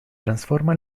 transforma